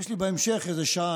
יש לי בהמשך איזה שעה,